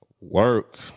Work